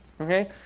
okay